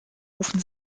rufen